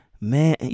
Man